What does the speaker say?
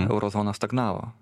euro zona stagnavo